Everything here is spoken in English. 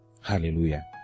Hallelujah